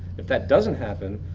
if that doesn't happen,